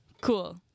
Cool